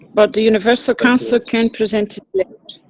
but the universal council can't present it yet?